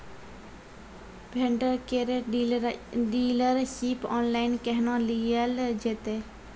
Vendor केर dealership online केहनो लियल जेतै?